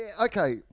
okay